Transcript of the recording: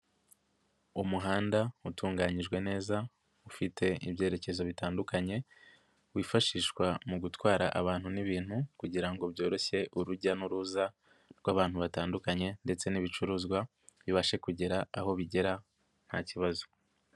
Umuhanda utunganyijwe neza, ufite ibyerekezo bitandukanye, wifashishwa mu gutwara abantu n'ibintu kugira ngo byoroshye urujya n'uruza rw'abantu batandukanye ndetse n'ibicuruzwa bibashe kugera aho bigera nta kibazo.